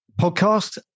podcast